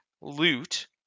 loot